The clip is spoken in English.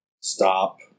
stop